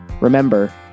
Remember